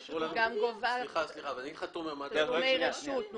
היא גם עוסקת בתשלומי רשות.